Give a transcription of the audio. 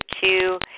two